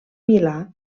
milà